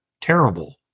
terrible